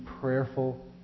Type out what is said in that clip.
prayerful